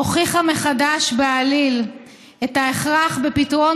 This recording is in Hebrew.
הוכיחה מחדש בעליל את ההכרח בפתרון